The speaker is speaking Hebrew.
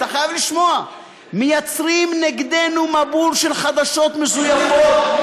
אתה חייב לשמוע: מייצרים נגדנו מבול של חדשות מזויפות,